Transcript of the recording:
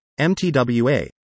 MTWA